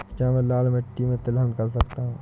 क्या मैं लाल मिट्टी में तिलहन कर सकता हूँ?